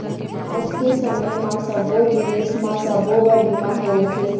आज के समे म सब्बो जिनिस म सबो बर बीमा होवथे